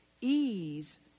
Ease